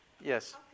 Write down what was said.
Yes